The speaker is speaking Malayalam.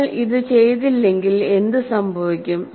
നിങ്ങൾ ഇത് ചെയ്തില്ലെങ്കിൽ എന്ത് സംഭവിക്കും